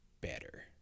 better